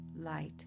light